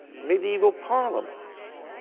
medieval parliaments.